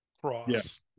cross